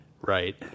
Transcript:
Right